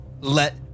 let